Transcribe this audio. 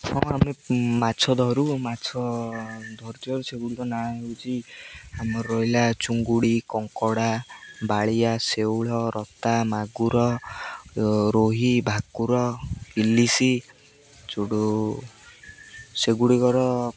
ହଁ ଆମେ ମାଛ ଧରୁ ମାଛ ଧରୁଥିବାରୁ ସେଗୁଡ଼ିକ ନାଁ ହେଉଛି ଆମର ରହିଲା ଚିଙ୍ଗୁଡ଼ି କଙ୍କଡ଼ା ବାଳିଆ ଶେଉଳ ରତା ମାଗୁର ରୋହି ଭାକୁର ଇଲିଶି ସେଇଠୁ ସେଗୁଡ଼ିକର